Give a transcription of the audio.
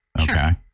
okay